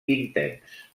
intens